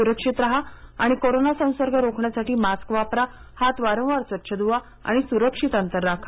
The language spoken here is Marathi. सुरक्षित राहा आणि कोरोना संसर्ग रोखण्यासाठी मास्क वापरा हात वारंवार स्वच्छ धुवा सुरक्षित अंतर ठेवा